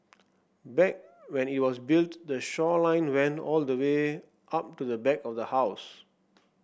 back when it was built the shoreline went all the way up to the back of the house